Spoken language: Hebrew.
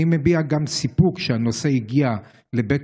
אני מביע גם סיפוק שהנושא הגיע לבית